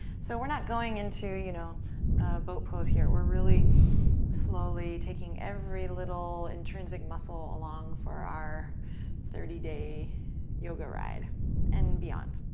so we're not going into you know a boat pose here. we're really slowly taking every little intrinsic muscle along for our thirty day yoga ride and beyond.